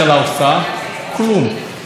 הנושאים, אנחנו דוחפים, דוחפים.